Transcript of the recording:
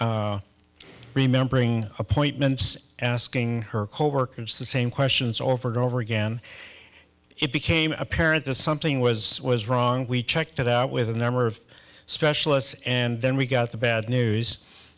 remembering appointments and asking her coworkers the same questions over and over again it became apparent that something was was wrong we checked it out with a number of specialists and then we got the bad news